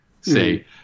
say